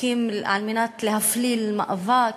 חוקים על מנת להפליל מאבק